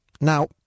now